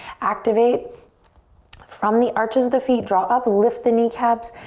activate from the arches of the feet. draw up, lift the kneecaps.